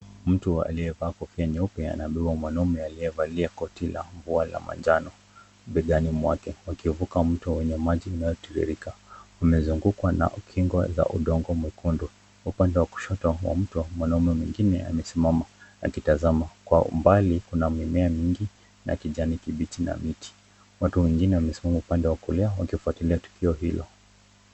Mtu aliyevaa kofia nyeupe anabeba mwanaume aliyevaa koti la mvua la manjano begani mwake wakivuka mto wenye maji inayotiririka. Wamezungukwa na ukingo za udongo mwekundu. Upande wa kushoto wa mto mwanaume mwingine amesimama akitazama. Kwa umbali kuna mimea mingi na kijani kibichi na miti. Watu wengine wamesimama upande wa kulia wakifuatilia tukio hilo.